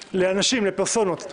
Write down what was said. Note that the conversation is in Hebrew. לאנשים, לפרסונות אישיות,